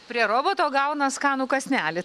prie roboto gauna skanų kąsnelį